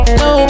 no